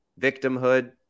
victimhood